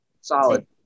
Solid